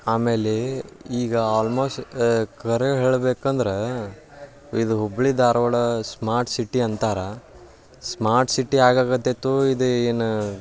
ಆಮೇಲೆ ಈಗ ಆಲ್ಮೋಸ್ ಖರೇ ಹೇಳ್ಬೇಕಂದ್ರೆ ಇದು ಹುಬ್ಬಳ್ಳಿ ಧಾರವಾಡ ಸ್ಮಾರ್ಟ್ ಸಿಟಿ ಅಂತಾರೆ ಸ್ಮಾರ್ಟ್ ಸಿಟಿ ಆಗಕತ್ತಿತ್ತೋ ಇದು ಏನು